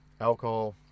alcohol